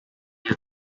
bien